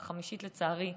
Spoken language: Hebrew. החמישית, לצערי,